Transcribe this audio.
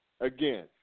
Again